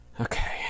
Okay